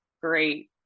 great